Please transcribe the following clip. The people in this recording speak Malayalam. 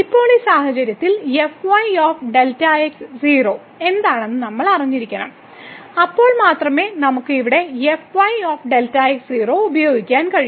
ഇപ്പോൾ ഈ സാഹചര്യത്തിൽ Δx 0 എന്താണെന്ന് നമ്മൾ അറിഞ്ഞിരിക്കണം അപ്പോൾ മാത്രമേ നമുക്ക് ഇവിടെ Δx 0 ഉപയോഗിക്കാൻ കഴിയൂ